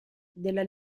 della